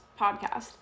podcast